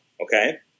okay